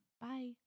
Bye